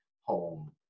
home